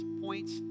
points